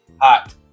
hot